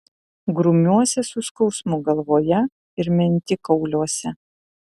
grumiuosi su skausmu galvoje ir mentikauliuose